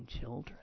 children